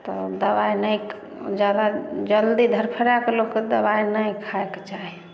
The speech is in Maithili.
तऽ दबाइ नहि जादा जल्दी धरफराके लोकके दबाइ नहि खायके चाही